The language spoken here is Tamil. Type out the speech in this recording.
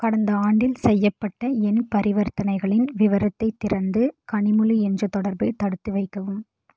கடந்த ஆண்டில் செய்யப்பட்ட என் பரிவர்த்தனைகளின் விவரத்தைத் திறந்து கனிமொழி என்ற தொடர்பை தடுத்துவைக்கவும்